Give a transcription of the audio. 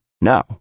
No